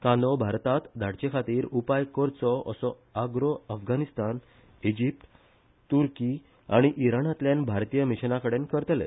कांदो भारतात धाडचेखातीर उपाय करचो असो आग्रो अफगाणिस्तान इजिप्त तुर्की आनी इराणातल्या भारतीय मिशनाकडेन करतले